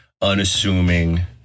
unassuming